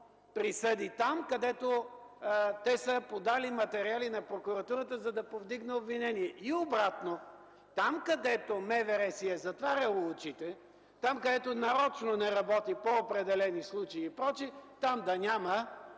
присъди там, където те са подали материали на прокуратурата, за да повдигне обвинение. И обратно – там, където МВР си е затваряло очите, там, където нарочно не работи по определени случаи и прочее – там да няма